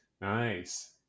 Nice